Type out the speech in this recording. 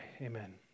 amen